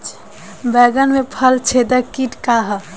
बैंगन में फल छेदक किट का ह?